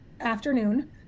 afternoon